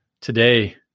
Today